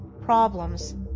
problems